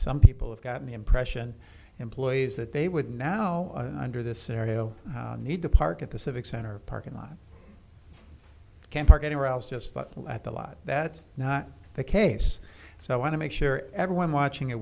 some people have gotten the impression employees that they would now under this scenario need to park at the civic center parking lot can't park anywhere else just look at the lot that's not the case so i want to make sure everyone watching it